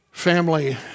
family